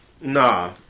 Nah